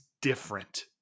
different